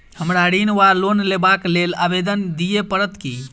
हमरा ऋण वा लोन लेबाक लेल आवेदन दिय पड़त की?